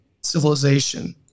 civilization